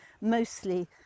mostly